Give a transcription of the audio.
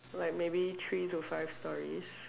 like maybe three to five storeys